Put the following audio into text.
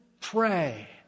pray